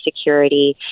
Security